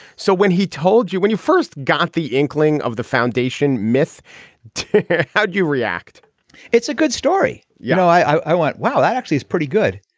so when he told you when you first got the inkling of the foundation myth how do you react it's a good story. you know i went wow that actually is pretty good.